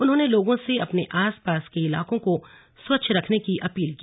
उन्होंने लोगों से अपने आसपास के इलाके को स्वच्छ रखने की अपील की